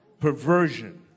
perversion